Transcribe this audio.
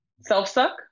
self-suck